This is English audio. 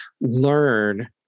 learn